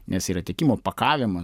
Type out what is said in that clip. nes yra tiekimo pakavimo